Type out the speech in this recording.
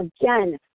again